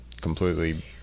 completely